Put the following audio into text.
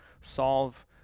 solve